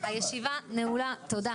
הישיבה נעולה, תודה.